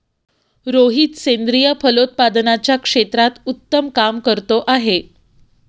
रोहित सेंद्रिय फलोत्पादनाच्या क्षेत्रात उत्तम काम करतो आहे